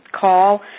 call